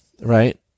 Right